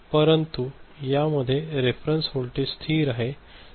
परंतु या मध्ये रेफेरन्स वोल्टेज स्थिर असेल